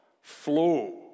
flow